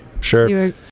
Sure